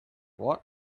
what